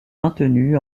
maintenu